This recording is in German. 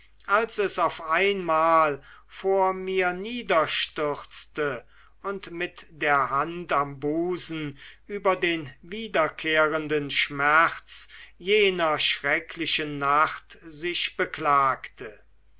als es auf einmal vor mir niederstürzte und mit der hand am busen über den wiederkehrenden schmerz jener schrecklichen nacht sich beklagte